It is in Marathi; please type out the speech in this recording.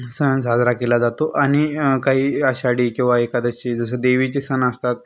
सण साजरा केला जातो आणि आ काही आषाढी किंवा एकादशी जसं देवीचे सण असतात